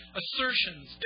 assertions